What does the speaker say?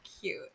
cute